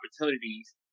opportunities